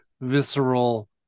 visceral